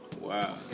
Wow